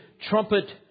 trumpet